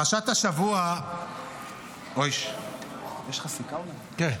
יש לך סיכה, אולי?